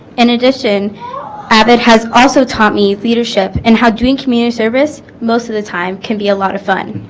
in addition avid has also taught me leadership and how doing community service most of the time can be a lot of fun